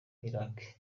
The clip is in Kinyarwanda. iraki